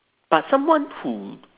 but someone who